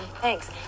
thanks